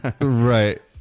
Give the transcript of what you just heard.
Right